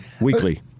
Weekly